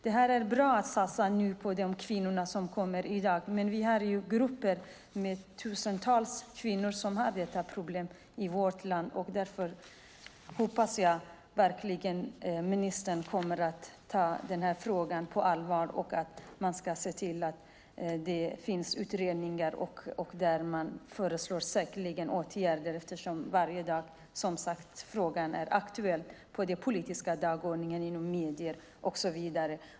Det är bra att nu satsa på kvinnorna som kommer i dag, men vi har ju grupper med tusentals kvinnor som har detta problem i vårt land. Därför hoppas jag verkligen att ministern kommer att ta denna fråga på allvar och se till att det finns utredningar där man föreslår åtgärder. Frågan är som sagt aktuell varje dag på den politiska dagordningen, i medier och så vidare.